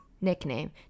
nickname